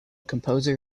composer